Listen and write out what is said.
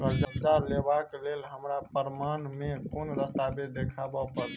करजा लेबाक लेल हमरा प्रमाण मेँ कोन दस्तावेज देखाबऽ पड़तै?